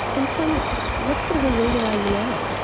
and so what sort of a reader are you now?